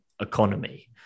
economy